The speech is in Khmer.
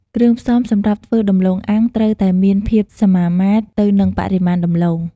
គ្រឿងផ្សំសម្រាប់ធ្វើដំឡូងអាំងត្រូវតែមានភាពសមាមាត្រទៅនឹងបរិមាណដំឡូង។